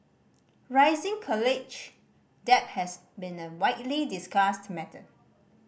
rising college debt has been a widely discussed matter